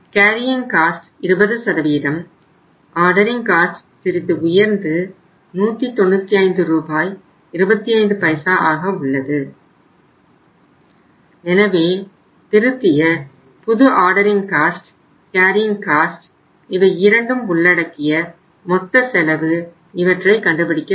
carrying cost இவையிரண்டும் உள்ளடக்கிய மொத்த செலவு இவற்றை கண்டுபிடிக்க வேண்டும்